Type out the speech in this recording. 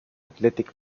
athletic